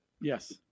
Yes